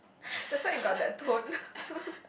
that's why you got that tone